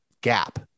gap